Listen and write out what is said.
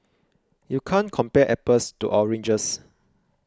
you can't compare apples to oranges